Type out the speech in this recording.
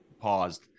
paused